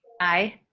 aye.